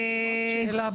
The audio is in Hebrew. שאלה,